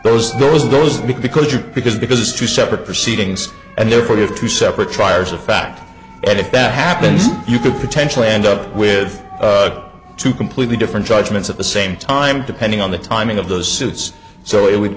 those those those because you because because two separate proceedings and therefore you have two separate triers of fact that if that happens you could potentially end up with two completely different judgments at the same time depending on the timing of those suits so it would